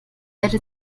erde